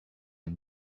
est